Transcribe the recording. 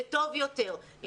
לטוב יותר,